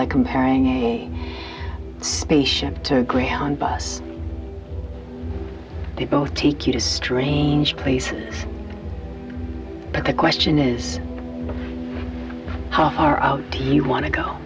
like comparing a spaceship to agree on bus they both take you to strange place but the question is how far out you want to go